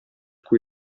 cui